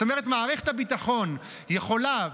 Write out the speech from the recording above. זאת אומרת מערכת הביטחון יכולה,